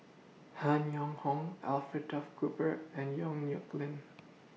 Han Yong Hong Alfred Duff Cooper and Yong Nyuk Lin